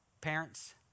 parents